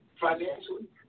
financially